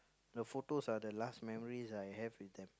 the photos are the last memories I have with them